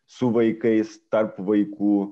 su vaikais tarp vaikų